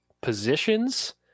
positions